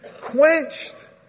quenched